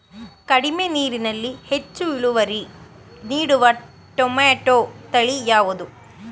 ಕಡಿಮೆ ನೀರಿನಲ್ಲಿ ಹೆಚ್ಚು ಇಳುವರಿ ನೀಡುವ ಟೊಮ್ಯಾಟೋ ತಳಿ ಯಾವುದು?